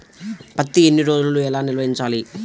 పత్తి ఎన్ని రోజులు ఎలా నిల్వ ఉంచాలి?